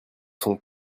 sont